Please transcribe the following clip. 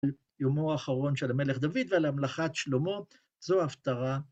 יומו האחרון של המלך דוד ועל המלכת שלמה זו ההפטרה...